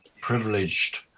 Privileged